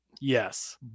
yes